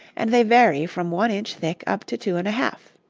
and they vary from one inch thick up to two and a half.